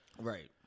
Right